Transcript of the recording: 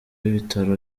w’ibitaro